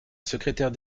secrétaire